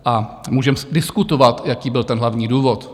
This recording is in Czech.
A můžeme diskutovat, jaký byl ten hlavní důvod.